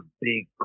big